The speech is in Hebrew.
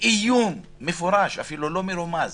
תוך איום מפורש, אפילו לא מרומז,